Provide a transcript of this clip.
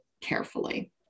carefully